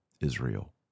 Israel